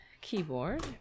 keyboard